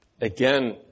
again